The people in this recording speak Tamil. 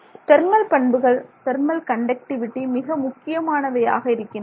தெர்மல் பண்புகள் தெர்மல்கண்டக்டிவிடி மிக முக்கியமானவையாக இருக்கின்றன